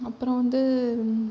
அப்புறம் வந்து